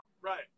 right